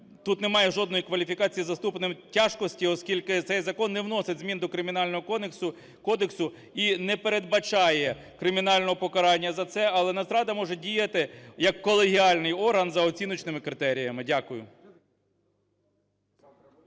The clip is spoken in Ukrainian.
тут немає жодної кваліфікації за ступенем тяжкості, оскільки цей закон не вносить змін до Кримінального кодексу і не передбачає кримінального покарання за це. Але Нацрада може діяти як колегіальний орган за оціночними критеріями. Дякую.